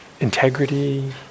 integrity